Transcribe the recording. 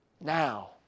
now